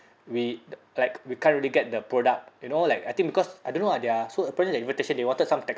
we like we can't really get the product you know like I think because I don't know ah their so apparently their invitation they wanted some textile